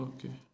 Okay